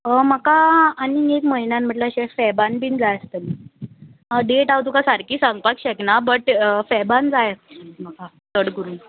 म्हाका आनीक एक म्हयन्यान म्हटल्यार अशें फेबान बीन जाय आसलीं डेट हांव तुका सारकी सांगपाक शकना बट फेबान जाय आसलीं म्हाका चड करून